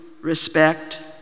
respect